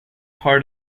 part